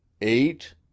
Eight